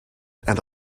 and